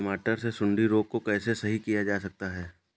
टमाटर से सुंडी रोग को कैसे सही किया जा सकता है?